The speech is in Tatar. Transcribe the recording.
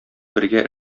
бергә